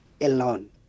alone